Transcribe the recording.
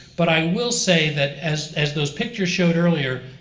but i will say that, as as those pictures showed earlier,